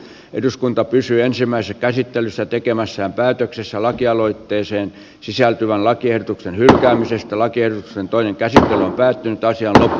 eduskunta pysyi ensimmäisen käsittelyssä tekemässä päätöksessä lakialoitteeseen sisältyvän lakiehdotuksen hylkäämisestä lakien on toinen käsi näytti asiaa